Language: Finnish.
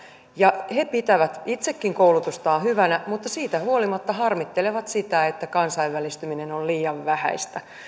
ja he pitävät itsekin koulutustaan hyvänä mutta siitä huolimatta harmittelevat sitä että kansainvälistyminen on liian vähäistä